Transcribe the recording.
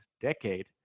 decade